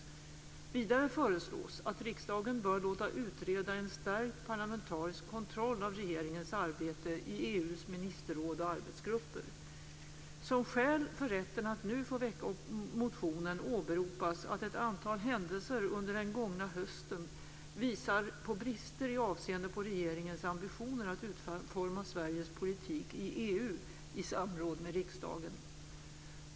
Vidare föreslås att riksdagen bör låta utreda en stärkt parlamentarisk kontroll av regeringens arbete i EU:s ministerråd och arbetsgrupper. Som skäl för rätten att nu få väcka motionen åberopas att ett antal händelser under den gångna hösten visar på brister med avseende på regeringens ambitioner att utforma Sveriges politik i EU i samråd med riksdagen.